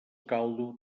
caldo